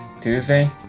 Tuesday